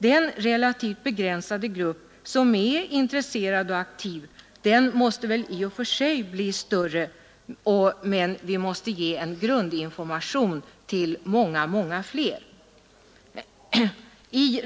Den relativt begränsade grupp som är intresserad och aktiv måste i och för sig bli större, men vi måste ge en grundinformation till många fler.